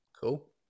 cool